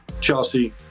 Chelsea